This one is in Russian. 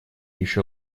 еще